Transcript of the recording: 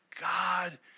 God